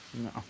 No